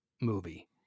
movie